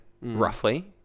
roughly